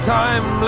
time